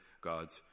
god's